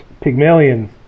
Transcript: Pygmalion